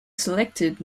selected